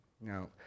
Now